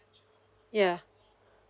yeah